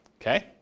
Okay